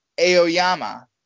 Aoyama